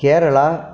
Kerala